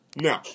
No